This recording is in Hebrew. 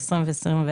ו-2024,